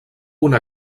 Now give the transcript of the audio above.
una